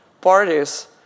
parties